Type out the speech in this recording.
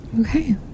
Okay